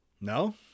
No